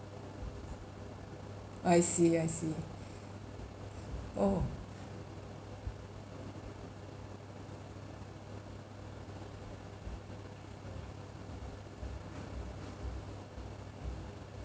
I see I see oh